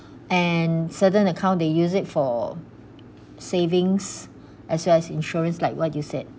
and certain account they use it for savings as well as insurance like what you said